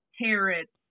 carrots